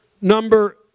number